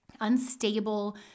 unstable